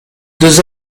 deux